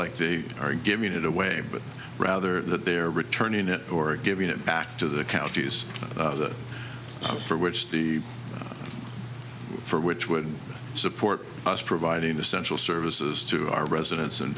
like they are giving it away but rather that they're returning it or giving it back to the counties that for which the for which would support us providing essential services to our residents and